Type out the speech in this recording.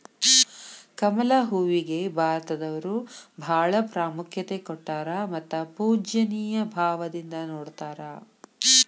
ಕಮಲ ಹೂವಿಗೆ ಭಾರತದವರು ಬಾಳ ಪ್ರಾಮುಖ್ಯತೆ ಕೊಟ್ಟಾರ ಮತ್ತ ಪೂಜ್ಯನಿಯ ಭಾವದಿಂದ ನೊಡತಾರ